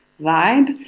vibe